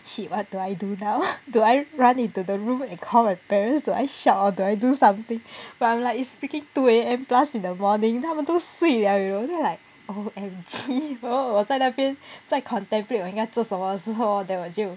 shit what do I do now do I run into the room and call my parents do I shout or do I do something but I'm like it's freaking two A_M plus in the morning 他们都睡了 you know then like O_M_G 然后我在那边在 contemplate 我应该做什么的时候 hor then 我就